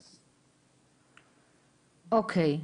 אוקי.